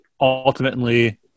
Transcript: ultimately